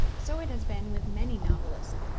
so it has been with many novelists,